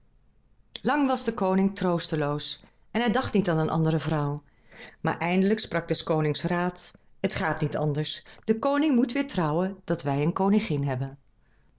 lang was de koning troosteloos en hij dacht niet aan een andere vrouw maar eindelijk sprak s koning's raad het gaat niet anders de koning moet weêr trouwen dat wij een koningin hebben